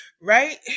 Right